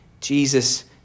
Jesus